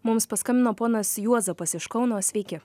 mums paskambino ponas juozapas iš kauno sveiki